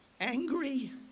angry